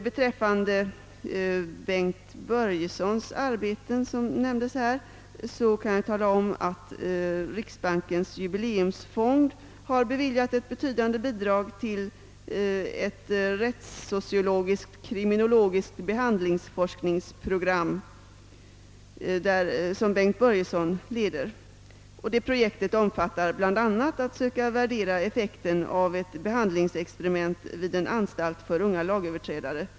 Beträffande Bengt Börjessons arbeten, som nämndes av herr Gustavsson, kan jag tala om att riksbankens jubileumsfond har beviljat ett betydande bidrag till ett rättssociologiskt-kriminologiskt behandlingsforskningsprogram, som Bengt Börjesson leder. Det projektet går bl.a. ut på att söka värdera effekten av ett behandlingsexperiment vid en anstalt för unga lagöverträdare.